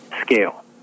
scale